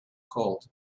cold